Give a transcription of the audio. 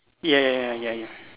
ya ya ya ya ya